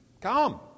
Come